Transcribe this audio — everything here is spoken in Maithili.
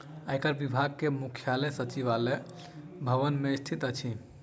आयकर विभाग के मुख्यालय सचिवालय भवन मे स्थित अछि